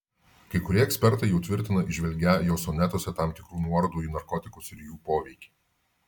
kai kurie ekspertai jau tvirtina įžvelgią jo sonetuose tam tikrų nuorodų į narkotikus ir jų poveikį